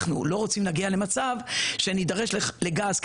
אנחנו לא רוצים להגיע למצב שבו נידרש לגז,